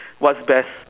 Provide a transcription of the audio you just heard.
what's best